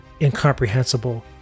incomprehensible